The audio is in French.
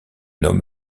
homme